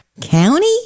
County